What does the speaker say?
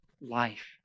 life